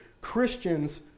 Christians